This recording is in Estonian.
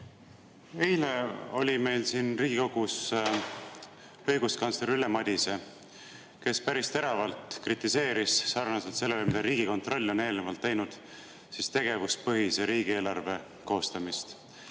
Eile oli meil siin Riigikogus õiguskantsler Ülle Madise, kes päris teravalt kritiseeris – sarnaselt sellega, mida Riigikontroll on eelnevalt teinud – tegevuspõhise riigieelarve koostamist.